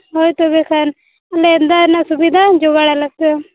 ᱦᱳᱭ ᱛᱚᱵᱮ ᱠᱷᱟᱱ ᱟᱞᱮ ᱫᱟᱜ ᱨᱮᱱᱟᱜ ᱥᱩᱵᱤᱫᱟ ᱡᱚᱜᱟᱲᱟᱞᱮ ᱯᱮ